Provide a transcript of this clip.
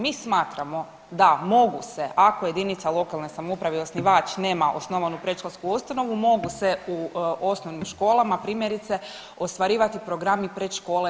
Mi smatramo da mogu se, ako jedinica lokalne samouprave i osnivač nema osnovanu predškolsku ustanovu mogu se u osnovnim školama primjerice ostvarivati programi predškole.